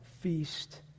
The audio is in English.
feast